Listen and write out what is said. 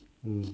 mm